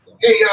Hey